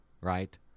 right